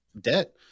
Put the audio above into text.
debt